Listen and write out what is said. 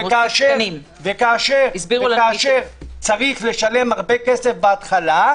וכאשר צריך לשלם הרבה כסף בהתחלה,